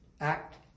act